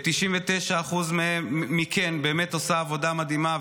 וש-99% מכן באמת עושות עבודה מדהימה,